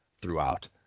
throughout